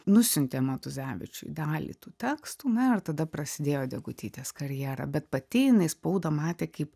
nusiuntė matuzevičiui dalį tų tekstų na ir tada prasidėjo degutytės karjera bet pati jinai spaudą matė kaip